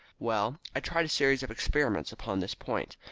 well, i tried a series of experiments upon this point.